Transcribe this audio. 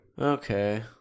Okay